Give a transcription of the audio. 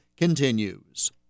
continues